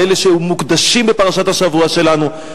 באלה שהיו מוקדשים בפרשת השבוע שלנו.